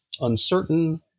Uncertain